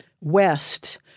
west